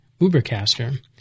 Ubercaster